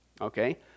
okay